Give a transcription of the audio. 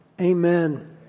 amen